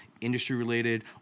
industry-related